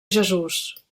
jesús